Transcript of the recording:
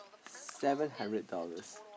seven hundred dollars